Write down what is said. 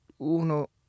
Uno